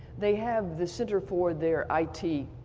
they have the center for their i t.